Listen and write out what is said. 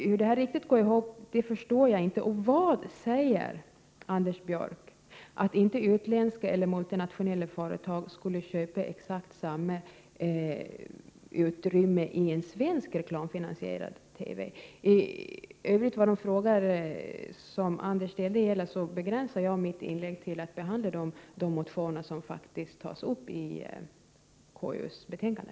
Hur detta går ihop förstår jag inte riktigt. Vad är det som säger Anders Björck att inte utländska eller multinationella företag skulle köpa exakt samma utrymme i en svensk reklamfinansierad TV? I övrigt begränsar jag mitt inlägg till att behandla de motioner som faktiskt tas upp i konstitutionsutskottets betänkande.